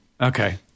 Okay